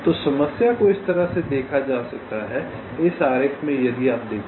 तो समस्या को इस तरह देखा जा सकता है इस आरेख में यदि आप देखें